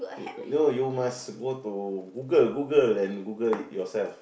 y~ no you must go to Google Google and Google it yourself